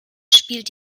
spielt